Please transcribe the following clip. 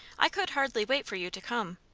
i could hardly wait for you to come.